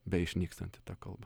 beišnykstanti ta kalba